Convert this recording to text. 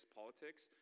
politics